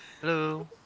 Hello